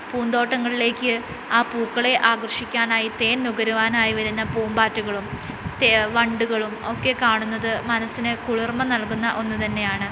പൂന്തോട്ടങ്ങളിലേക്ക് ആ പൂക്കളെ ആകർഷിക്കാനായി തേൻ നുകരുവാനായി വരുന്ന പൂമ്പാറ്റകളും വണ്ടുകളും ഒക്കെ കാണുന്നത് മനസിന് കുളിർമ നൽകുന്ന ഒന്ന് തന്നെയാണ്